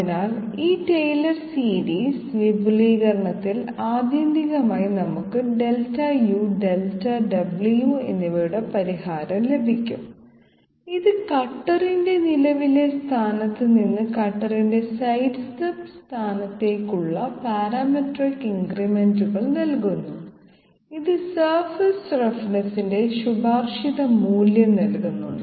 അതിനാൽ ഈ Taylor series വിപുലീകരണത്തിൽ ആത്യന്തികമായി നമുക്ക് Δu Δw എന്നിവയുടെ പരിഹാരം ലഭിക്കും ഇത് കട്ടറിന്റെ നിലവിലെ സ്ഥാനത്ത് നിന്ന് കട്ടറിന്റെ സൈഡ്സ്റ്റെപ്പ് സ്ഥാനത്തേക്കുള്ള പാരാമെട്രിക് ഇൻക്രിമെന്റുകൾ നൽകുന്നു ഇത് സർഫസ് റഫ്നെസ്സിന്റെ ശുപാർശിത മൂല്യം നൽകും